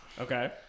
Okay